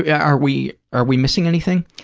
yeah are we are we missing anything?